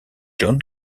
john